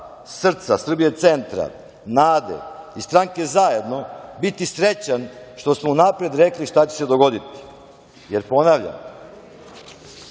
SRCA, Srbija centar, NADA i Stranke Zajedno biti srećan što smo unapred rekli šta će se dogoditi, jer, ponavljam,